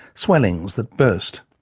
swellings that burst.